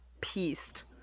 pieced